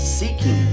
seeking